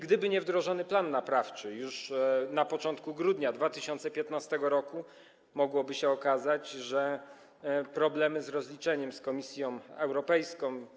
Gdyby nie wdrożony plan naprawczy już na początku grudnia 2015 r., mogłoby się okazać, że są problemy z rozliczeniem z Komisją Europejską.